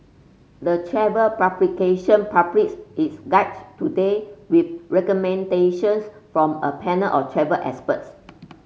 the travel publication published its guide today with recommendations from a panel of travel experts